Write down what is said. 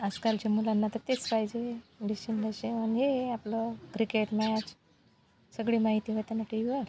आजकालच्या मुलांना तर तेच पाहिजे दुसरं म्हणजे हे आपलं क्रिकेट मॅच सगळे माहिती होतं ना टी वीवर